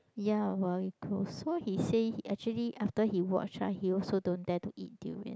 ya so he say actually after he watch right he also don't dare to eat durian